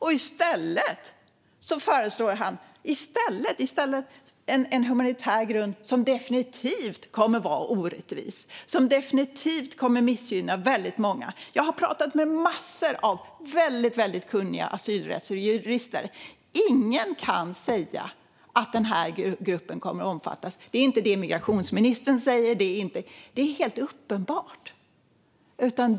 I stället föreslår han en humanitär grund som definitivt kommer att vara orättvis och som definitivt kommer att missgynna väldigt många. Jag har talat med mängder av väldigt kunniga asylrättsjurister. Ingen kan säga att den här gruppen kommer att omfattas. Det är inte det migrationsministern säger. Det är helt uppenbart.